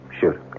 Shoot